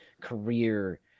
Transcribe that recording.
career